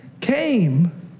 came